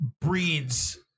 breeds